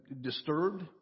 disturbed